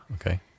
Okay